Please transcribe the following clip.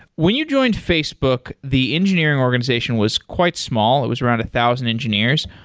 when you joined facebook, the engineering organization was quite small. it was around a thousand engineers.